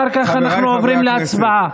אחר כך אנחנו עוברים להצבעה.